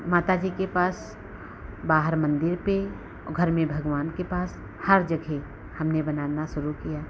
माता जी के पास बाहर मन्दिर पर और घर में भगवान के पास हर जगह हमने बनाना शुरू किया